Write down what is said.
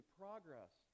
progress